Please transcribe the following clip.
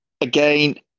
Again